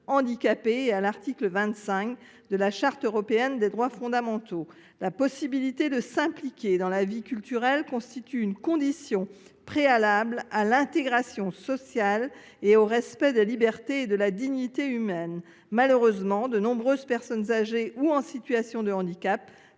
handicapées et à l’article 25 de la Charte des droits fondamentaux de l’Union européenne. La possibilité de s’impliquer dans la vie culturelle constitue une condition préalable à l’intégration sociale et au respect des libertés et de la dignité humaine. Malheureusement, de nombreuses personnes âgées ou en situation de handicap,